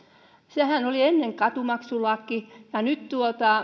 sehän oli ennen katumaksulaki ja nyt